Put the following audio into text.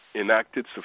enacted